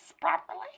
properly